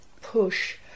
push